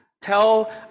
Tell